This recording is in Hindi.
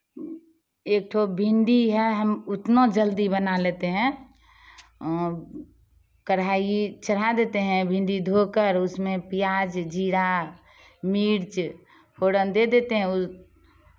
एक ठो भिंडी है हम उतना जल्दी बना लेते हैं कड़ाही चढ़ा देते हैं भिंडी धो कर उसमे प्याज जीरा मिर्च फोरन दे देते हैं